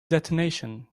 detonation